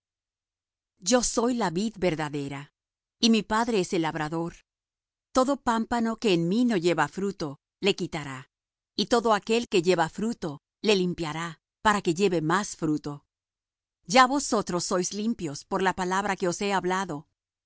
yo soy la vid verdadera y mi padre es el labrador todo pámpano que en mí no lleva fruto le quitará y todo aquel que lleva fruto le limpiará para que lleve más fruto ya vosotros sois limpios por la palabra que os he hablado